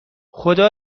خدا